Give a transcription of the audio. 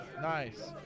Nice